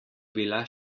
bila